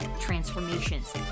transformations